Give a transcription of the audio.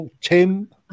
Tim